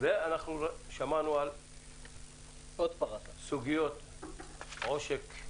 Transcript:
לדווח על עוד סוגיות עושק,